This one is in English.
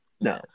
no